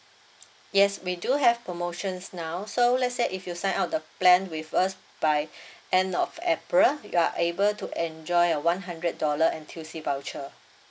yes we do have promotions now so let's say if you sign up the plan with us by end of april you are able to enjoy a one hundred dollar N_T_U_C voucher